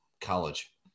college